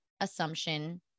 assumption